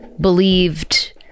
believed